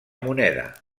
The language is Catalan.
moneda